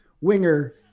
Winger